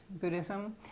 Buddhism